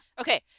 Okay